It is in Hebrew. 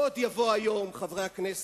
עוד יבוא היום, חברי הכנסת,